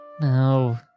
No